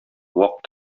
вак